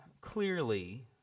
clearly